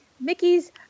Mickey's